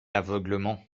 aveuglement